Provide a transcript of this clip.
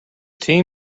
team